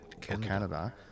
Canada